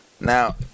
Now